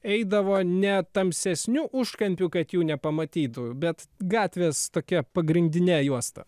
eidavo ne tamsesniu užkampiu kad jų nepamatytų bet gatvės tokia pagrindine juosta